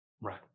Right